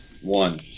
one